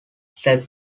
sir